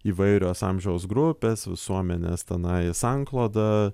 įvairios amžiaus grupės visuomenės tenai sankloda